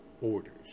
orders